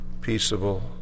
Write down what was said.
peaceable